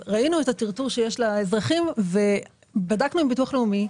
ראינו את הטרטור שיש לאזרחים ובדקנו עם ביטוח לאומי.